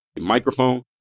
microphone